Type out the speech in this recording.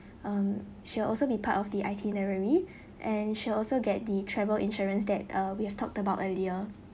um she will also be part of the itinerary and she also get the travel insurance that uh we have talked about earlier